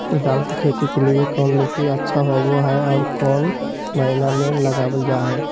दाल की खेती के लिए कौन मिट्टी अच्छा होबो हाय और कौन महीना में लगाबल जा हाय?